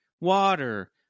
water